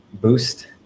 boost